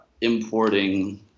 importing